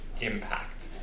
impact